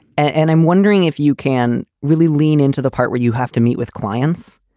and i'm wondering if you can really lean into the part where you have to meet with clients,